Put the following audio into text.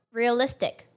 realistic